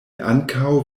ankaŭ